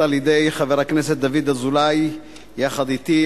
על-ידי חבר הכנסת דוד אזולאי יחד אתי,